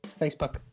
Facebook